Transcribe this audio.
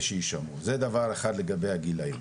זה דבר אחד לגבי הגילאים.